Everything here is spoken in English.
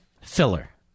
filler